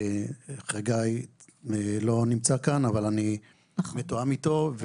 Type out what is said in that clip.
חגי לא נמצא כאן, אבל אני מתואם איתו.